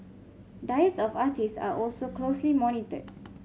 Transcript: diets of artist are also closely monitored